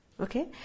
Okay